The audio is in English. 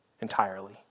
entirely